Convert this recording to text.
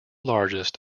largest